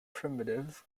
primitive